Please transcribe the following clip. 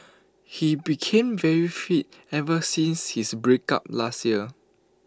he became very fit ever since his breakup last year